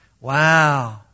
Wow